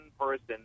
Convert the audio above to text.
person